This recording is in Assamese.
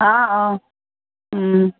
অ অ ও